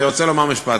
אני רוצה לומר משפט,